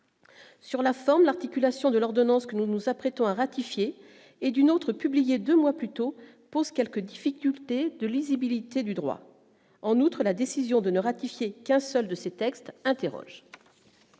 Sur la forme, l'articulation de l'ordonnance que nous nous apprêtons à ratifier et d'une autre publiée 2 mois plus tôt, pose quelques difficultés de lisibilité du droit en outre la décision de ne ratifié qu'un seul de ces textes interrogé.